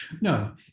no